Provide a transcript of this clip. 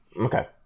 Okay